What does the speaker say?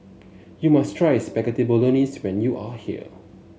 you must try Spaghetti Bolognese when you are here